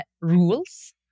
rules